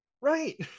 Right